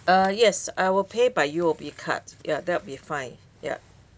uh yes I will pay by U_O_B card ya that would be fine yup